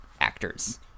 actors